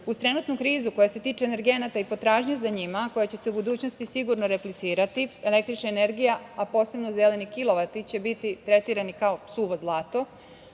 uz trenutnu krizu koja se tiče energenata i potražnje za njima, koja će se u budućnosti sigurno replicirati, električna energija a posebno zeleni kilovati će biti tretirani kao suvo zlato,